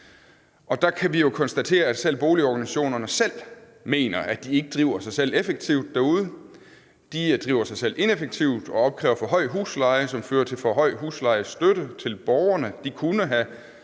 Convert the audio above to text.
Og der kan vi jo konstatere, at selv boligorganisationerne mener, at de ikke driver sig selv effektivt derude. De driver sig selv ineffektivt og opkræver for høj husleje, som fører til for høj huslejestøtte til borgerne. De kunne have